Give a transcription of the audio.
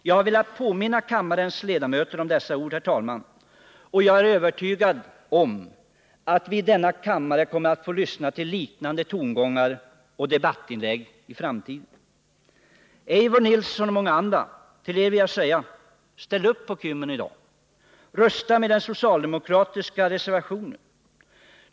Jag har velat påminna kammarens ledamöter om dessa ord, herr talman. Jag är övertygad om att vi i denna kammare kommer att få lyssna till liknande tongångar och debattinlägg i framtiden. Eivor Nilson och många andra! Till er vill jag säga: Ställ upp på Kymmen i dag ! Rösta med den socialdemokratiska reservationen!